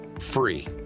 free